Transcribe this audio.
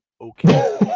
okay